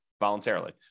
voluntarily